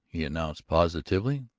he announced positively.